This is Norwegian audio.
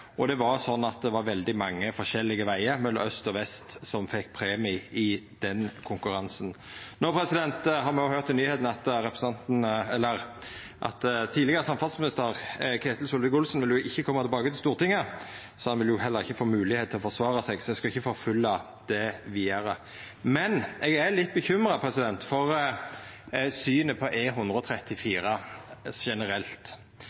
og det var veldig mange forskjellige vegar mellom aust og vest som fekk premie i den konkurransen. No har med òg høyrt i nyheitene at tidlegare samferdselsminister Ketil Solvik-Olsen ikkje vil koma tilbake til Stortinget, så han vil jo heller ikkje få moglegheit til å forsvara seg. Så eg skal ikkje forfølgja det vidare. Men eg er litt bekymra for synet på